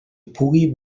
pugui